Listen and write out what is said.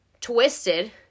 twisted